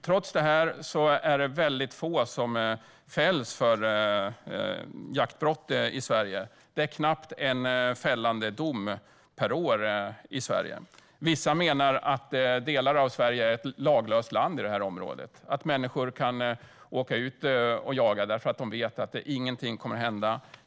Trots detta är det väldigt få som fälls för jaktbrott i Sverige. Det är knappt en fällande dom per år. Vissa menar att delar av Sverige är laglöst land på det här området. Människor kan åka ut och jaga och vet att ingenting kommer att hända.